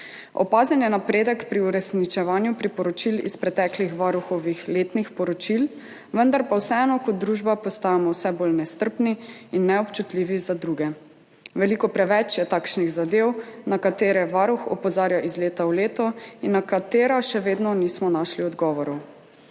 Opazen je napredek pri uresničevanju priporočil iz preteklih Varuhovih letnih poročil, vendar pa vseeno kot družba postajamo vse bolj nestrpni in neobčutljivi za druge. Veliko preveč je takšnih zadev, na katere Varuh opozarja iz leta v leto in na katere še vedno nismo našli odgovorov.